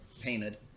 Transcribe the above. painted